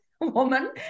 woman